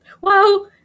Wow